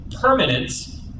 permanence